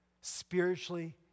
spiritually